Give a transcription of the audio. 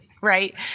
right